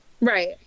Right